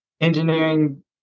engineering